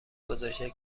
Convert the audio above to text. گذاشته